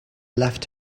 left